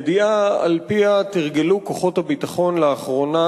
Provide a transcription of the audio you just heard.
ידיעה שעל-פיה תרגלו כוחות הביטחון לאחרונה